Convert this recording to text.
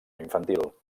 infantil